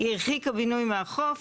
היא הרחיקה בינוי מהחוף,